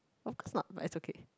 of course not but it's okay